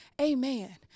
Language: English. Amen